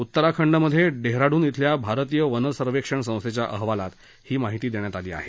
उत्तराखंडमधे डेहराडून शिल्या भारतीय वन सर्वेक्षण संस्थेच्या अहवालात ही माहिती देण्यात आली आहे